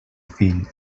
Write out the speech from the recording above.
fill